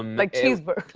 um like cheeseburger?